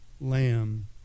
lamb